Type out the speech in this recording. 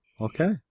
Okay